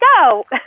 go